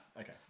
Okay